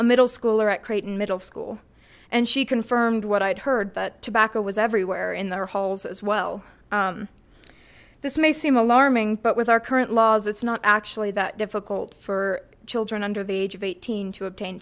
a middle schooler at creighton middle school and she confirmed what i'd heard that tobacco was everywhere in their halls as well this may seem alarming but with our current laws it's not actually that difficult for children under the age of eighteen to obtain